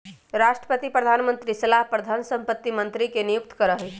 राष्ट्रपति प्रधानमंत्री के सलाह पर धन संपत्ति मंत्री के नियुक्त करा हई